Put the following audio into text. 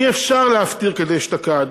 אי-אפשר להפטיר כדאשתקד,